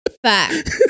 fact